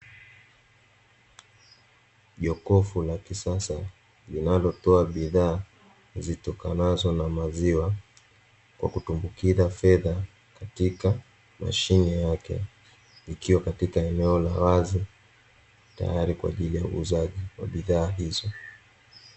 Jokofu la kisasa linalotoa bidhaa zitokanazo na maziwa, kwa kutumbukiza fedha katika mashine yake, likiwa katika eneo la wazi tayari kwa ajili ya uuzaji wa bidhaa hizo.